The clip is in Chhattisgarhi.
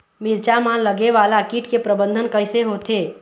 मिरचा मा लगे वाला कीट के प्रबंधन कइसे होथे?